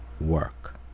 work